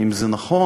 האם זה נכון.